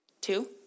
Two